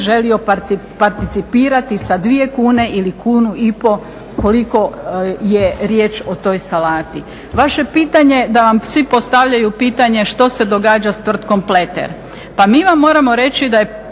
želio participirati sa 2 kune ili 1,5 kunu koliko je riječ o toj salati. Vaše pitanje da vam svi postavljaju pitanje što se događa s tvrtkom "Pleter". Pa mi vam moramo reći da